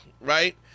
right